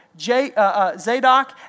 Zadok